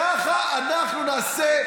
ככה אנחנו נעשה.